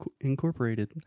incorporated